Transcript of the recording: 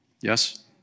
Yes